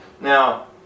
Now